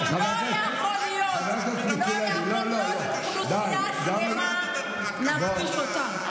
לא יכול להיות שאוכלוסייה שלמה, נכפיש אותה.